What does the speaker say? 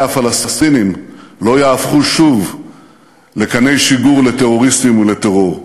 הפלסטינים לא יהפכו שוב לקני שיגור לטרוריסטים ולטרור.